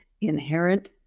inherent